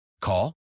Call